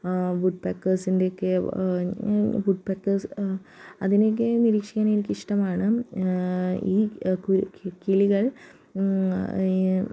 would പെക്കേഴ്സിൻ്റെയൊക്കെ woods peckers അതിനെയൊക്കെ നിരീക്ഷിക്കാൻ എനിക്കിഷ്ടമാണ് ഈ കിളികൾ